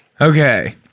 Okay